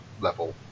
level